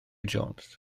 jones